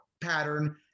pattern